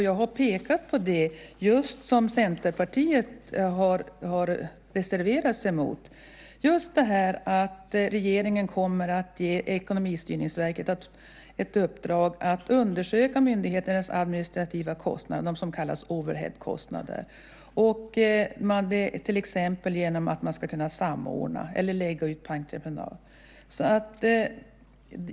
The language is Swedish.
Jag har pekat på just det som Centerpartiet har reserverat sig emot, nämligen att regeringen kommer att ge Ekonomistyrningsverket ett uppdrag att undersöka myndigheternas administrativa kostnader, det som kallas overheadkostnader. Man ska till exempel kunna samordna eller lägga ut på entreprenad.